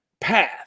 path